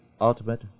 Ultimate